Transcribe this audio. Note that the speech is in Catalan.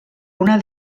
una